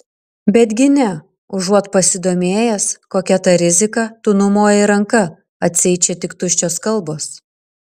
betgi ne užuot pasidomėjęs kokia ta rizika tu numojai ranka atseit čia tik tuščios kalbos